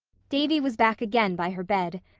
davy was back again by her bed.